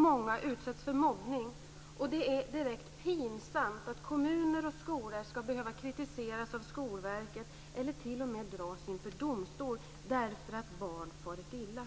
Många utsätts för mobbning, och det är direkt pinsamt att kommuner och skolor ska behöva kritiseras av Skolverket eller t.o.m. dras inför domstol därför att barn farit illa.